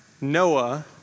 Noah